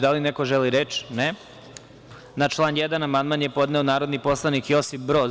Da li neko želi reč? (Ne) Na član 1. amandman je podneo narodni poslanik Josip Broz.